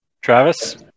Travis